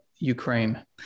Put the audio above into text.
Ukraine